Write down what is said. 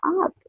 up